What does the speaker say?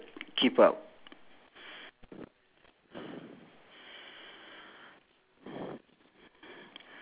orh K there's no no wait wait uh the two person uh sh~ shooting the sling~ the slingshot is there any colour difference on the shirt